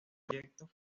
proyecto